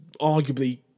arguably